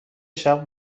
شرق